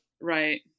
Right